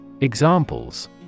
Examples